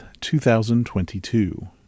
2022